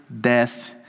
death